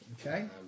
Okay